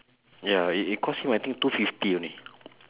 ya it it cost him I think two fifty only